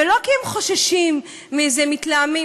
ולא כי הם חוששים מאיזה מתלהמים,